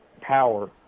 power